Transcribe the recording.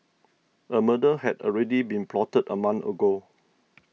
a murder had already been plotted a month ago